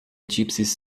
gypsies